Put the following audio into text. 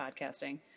podcasting